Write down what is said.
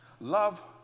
love